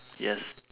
yes